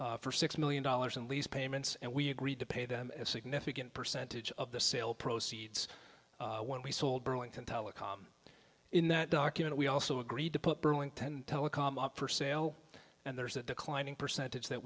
us for six million dollars in lease payments and we agreed to pay them a significant percentage of the sale proceeds when we sold burlington telecom in that document we also agreed to put burlington telecom up for sale and there's a declining percentage that